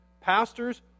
pastors